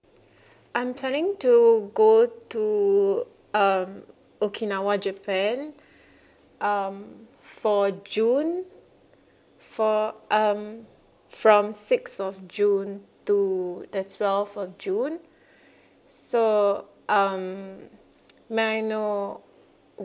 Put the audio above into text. I'm planning to go go to um okinawa japan um for june for um from sixth of june to the twelfth of june so um may I know